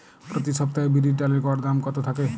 প্রতি সপ্তাহে বিরির ডালের গড় দাম কত থাকে?